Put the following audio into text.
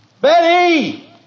Betty